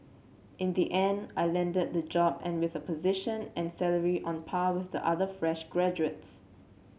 in the end I landed the job and with a position and salary on par with the other fresh graduates